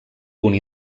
punt